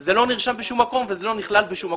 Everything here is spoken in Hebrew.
זה לא נרשם בשום מקום וזה לא נכלל בשום מקום.